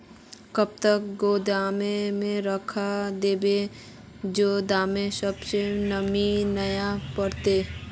कब तक गोदाम में रख देबे जे दाना सब में नमी नय पकड़ते?